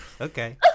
Okay